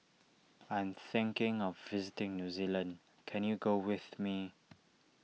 I am thinking of visiting New Zealand can you go with me